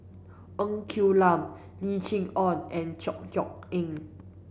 Ng Quee Lam Lim Chee Onn and Chor Yeok Eng